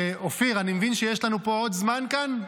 אופיר, אני מבין שיש לנו פה עוד זמן כאן?